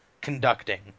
conducting